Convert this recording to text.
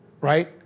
right